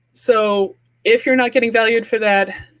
so if you're not getting value for that,